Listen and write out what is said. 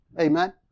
Amen